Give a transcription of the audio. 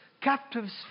captives